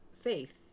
faith